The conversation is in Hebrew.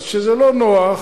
אז כשזה לא נוח,